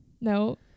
No